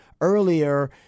earlier –